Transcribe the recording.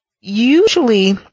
usually